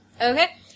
Okay